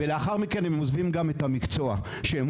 ולאחר מכן הם עוזבים את המקצוע שהם